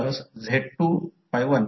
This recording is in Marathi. आता त्याचप्रकारे आता या बाजूने देखील